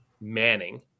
Manning